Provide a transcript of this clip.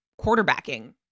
quarterbacking